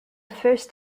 first